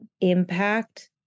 impact